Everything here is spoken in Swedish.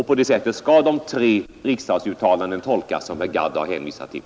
På det sättet skall de tre riksdagsuttalanden tolkas som herr Gadd har hänvisat till.